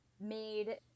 made